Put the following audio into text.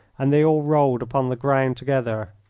and they all rolled upon the ground together.